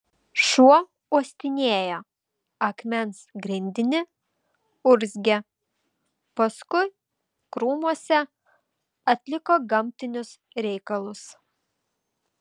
šuo uostinėjo akmens grindinį urzgė paskui krūmuose atliko gamtinius reikalus